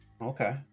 okay